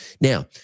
Now